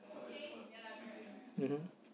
mmhmm